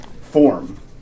form